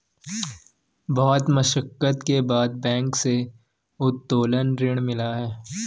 बहुत मशक्कत के बाद बैंक से उत्तोलन ऋण मिला है